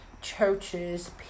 churches